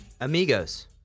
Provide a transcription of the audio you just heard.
Amigos